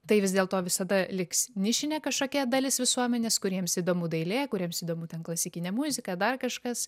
tai vis dėl to visada liks nišinė kažkokia dalis visuomenės kuriems įdomu dailė kuriems įdomu ten klasikinė muzika dar kažkas